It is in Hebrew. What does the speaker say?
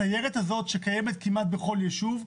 הסיירת הזאת שקיימת כמעט בכל יישוב,